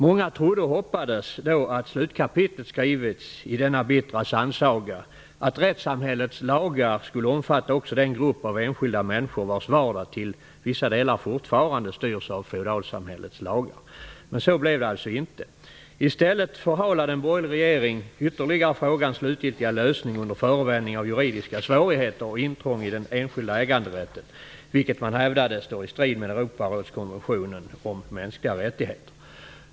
Många trodde och hoppades då att slutkapitlet skrivits i denna bittra sannsaga, att rättssamhällets lagar skulle omfatta också den grupp av enskilda människor vars vardag till vissa delar fortfarande styrs av feodalsamhällets lagar. Men så blev det alltså inte. I stället förhalade den borgerliga regeringen ytterligare frågans slutgiltiga lösning under förevändning av juridiska svårigheter och intrång i den enskilda äganderätten, vilket man hävdade stod i strid med Europarådskonventionen om mänskliga rättigheter.